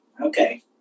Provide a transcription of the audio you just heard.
okay